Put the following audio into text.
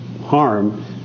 harm